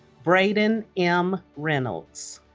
braden m. reynolds